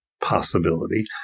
possibility